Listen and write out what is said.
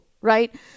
right